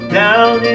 down